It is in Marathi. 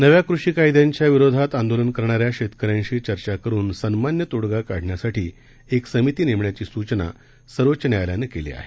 नव्या कृषी कायद्यांच्या विरोधात आंदोलन करणाऱ्या शेतकऱ्यांशी चर्चा करुन सन्मान्य तोडगा काढण्यासाठी एक समिती नेमण्याची सूचना सर्वोच्च न्यायालयानं केली आहे